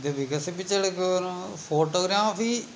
ഇത് വികസിപ്പിച്ചെടുക്കുക പറഞ്ഞാൽ ഫോട്ടോഗ്രാഫി